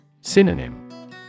Synonym